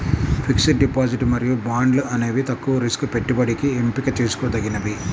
fixed deposit మరియు బాండ్లు అనేవి తక్కువ రిస్క్ పెట్టుబడికి ఎంపిక చేసుకోదగినవి